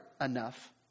enough